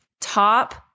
top